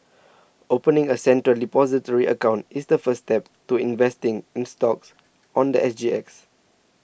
opening a Central Depository account is the first step to investing in stocks on the I G X